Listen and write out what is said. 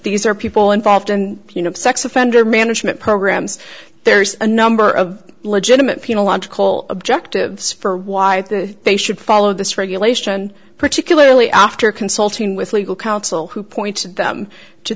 these are people involved and you know sex offender management programs there's a number of legitimate pina logical objectives for why they should follow this regulation particularly after consulting with legal counsel who pointed them to